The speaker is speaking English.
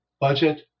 budget